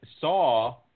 saw